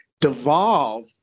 devolve